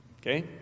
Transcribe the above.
Okay